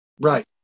Right